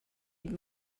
had